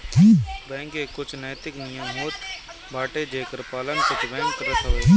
bank के कुछ नैतिक नियम होत बाटे जेकर पालन कुछ बैंक करत हवअ